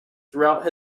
throughout